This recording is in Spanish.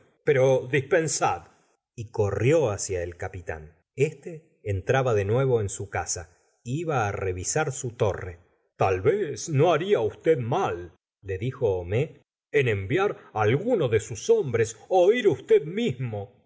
pero dispensad y corrió hacia el capitán este entraba de nuevo en su casa iba á revistar su torre tal vez no haría usted mal le dijo homais en enviar alguno de sus hombres oir usted mismo